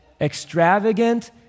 Extravagant